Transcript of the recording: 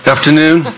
Afternoon